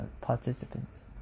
participants